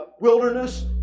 wilderness